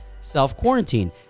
self-quarantine